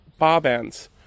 barbands